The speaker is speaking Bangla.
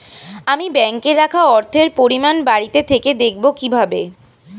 আমি ব্যাঙ্কে রাখা অর্থের পরিমাণ বাড়িতে থেকে দেখব কীভাবে?